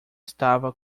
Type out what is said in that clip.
estava